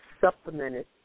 supplemented